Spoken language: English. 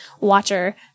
watcher